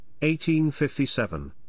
1857